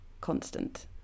constant